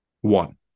One